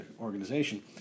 organization